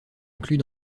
inclus